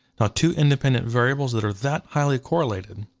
now two independent variables that are that highly correlated,